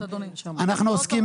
אנחנו עוסקים